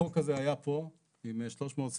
ארבע שנים החוק הזה היה פה עם 300 סעיפים.